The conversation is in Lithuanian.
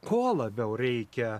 ko labiau reikia